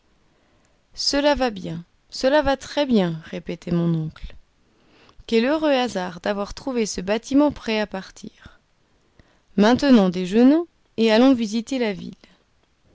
cela va bien cela va très bien répétait mon oncle quel heureux hasard d'avoir trouvé ce bâtiment prêt à partir maintenant déjeunons et allons visiter la ville